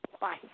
Bye